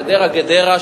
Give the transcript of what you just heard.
חדרה גדרה,